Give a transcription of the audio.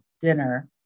dinner